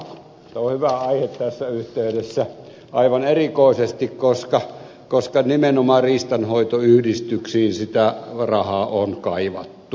se on hyvä aihe tässä yhteydessä aivan erikoisesti koska nimenomaan riistanhoitoyhdistyksiin sitä rahaa on kaivattu